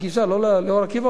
לאור-עקיבא הוא הגיע,